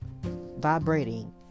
vibrating